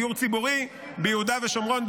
דיור ציבורי ביהודה ושומרון.